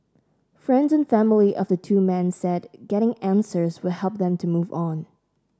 friends and family of the two men said getting answers will help them to move on